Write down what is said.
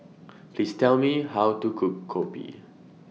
Please Tell Me How to Cook Kopi